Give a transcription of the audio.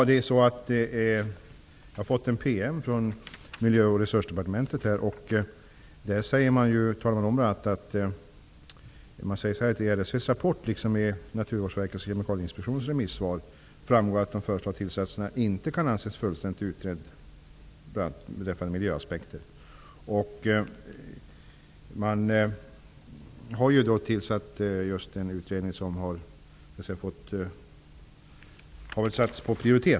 Fru talman! Jag har fått en PM från Miljö och naturresursdepartementet, i vilken man säger att av RSV:s rapport liksom av Naturvårdsverkets generalinspektions remissvar framgår det att de föreslagna tillsatserna ur bl.a. miljöaspekter inte kan anses fullständigt utredda. Man har tillsatt en utredning som har prioriterats.